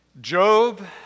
Job